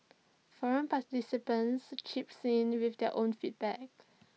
forum participants chips in with their own feedback